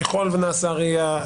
ככל ונעשה RIA,